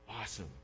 awesome